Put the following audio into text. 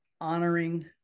honoring